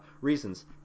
reasons